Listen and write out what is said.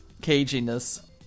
caginess